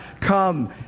come